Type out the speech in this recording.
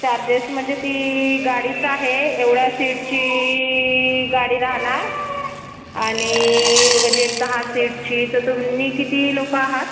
charges म्हणजे ती गाडीचं आहे एवढ्या सीटची गाडी राहणार आणि म्हणजे दहा सीटची तर तुम्ही किती लोकं आहात